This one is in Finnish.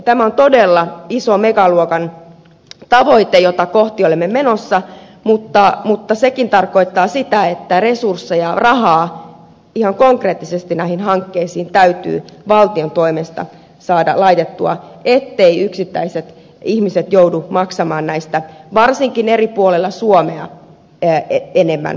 tämä on todella iso megaluokan tavoite jota kohti olemme menossa mutta sekin tarkoittaa sitä että resursseja rahaa ihan konkreettisesti näihin hankkeisiin täytyy valtion toimesta saada laitettua etteivät yksittäiset ihmiset joudu maksamaan näistä varsinkaan eri puolella suomea enemmän toisiinsa nähden